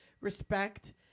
respect